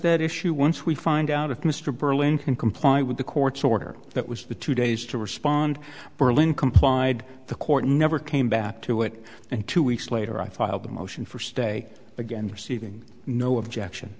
that issue once we find out if mr berlin can comply with the court's order that was the two days to respond berlin complied the court never came back to it and two weeks later i filed a motion for stay again proceeding no objection